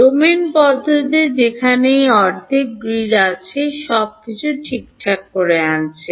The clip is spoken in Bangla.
ডোমেন পদ্ধতি যেখানে এই অর্ধেক গ্রিড আছে সব কিছু ঠিকঠাক করে আনছে